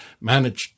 managed